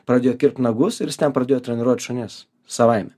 pradėjo kirpt nagus ir jis ten pradėjo treniruot šunis savaime